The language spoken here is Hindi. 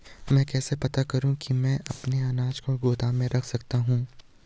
मैं कैसे पता करूँ कि मैं अपने अनाज को गोदाम में रख सकता हूँ?